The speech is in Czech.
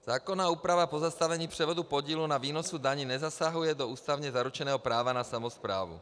Zákonná úprava pozastavení převodu podílu na výnosu daní nezasahuje do ústavně zaručeného práva na samosprávu.